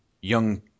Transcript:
young